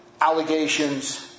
allegations